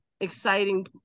exciting